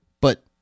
But-